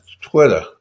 Twitter